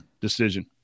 decision